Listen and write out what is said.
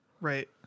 Right